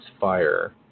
fire